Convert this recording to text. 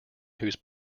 whose